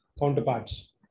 counterparts